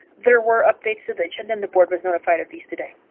there were updates to the agenda and the board was notified of these today.